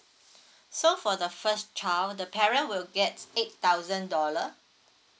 so for the first child the parent will get eight thousand dollar